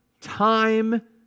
time